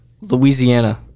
Louisiana